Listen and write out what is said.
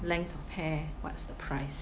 length of hair what's the price